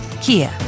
Kia